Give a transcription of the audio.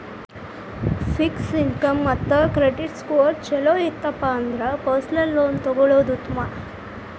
fix income ಮತ್ತ credit scores ಚೊಲೋ ಇತ್ತಪ ಅಂದ್ರ ಪರ್ಸನಲ್ ಲೋನ್ ತೊಗೊಳ್ಳೋದ್ ಉತ್ಮ